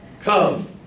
come